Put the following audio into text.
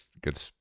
good